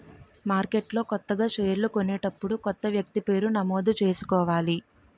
మార్కెట్లో కొత్తగా షేర్లు కొనేటప్పుడు కొత్త వ్యక్తి పేరు నమోదు చేసుకోవాలి